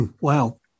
Wow